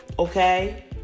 Okay